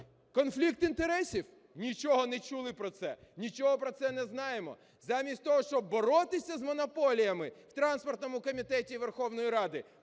Конфлікт інтересів? Нічого не чули про це. Нічого про це не знаємо. Замість того, щоб боротися з монополіями в транспортному